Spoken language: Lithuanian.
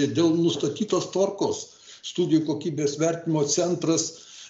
dėl nustatytos tvarkos studijų kokybės vertinimo centras